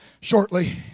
shortly